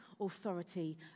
authority